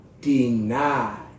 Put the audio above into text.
Deny